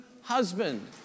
husband